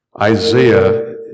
Isaiah